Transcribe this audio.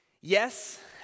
Yes